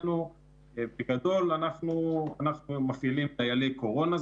בגדול אנחנו מפעילים דיילי קורונה,